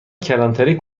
کلانتری